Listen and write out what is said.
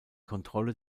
kontrolle